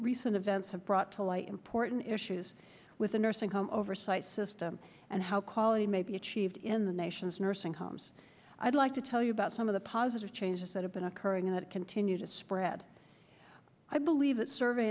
recent events have brought to light important issues with the nursing home oversight system and how quality may be achieved in the nation's nursing homes i'd like to tell you about some of the positive changes that have been occurring in that continue to spread i believe that survey